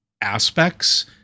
aspects